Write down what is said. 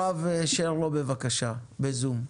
הרב שרלו, בבקשה, בזום.